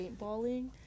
paintballing